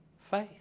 Faith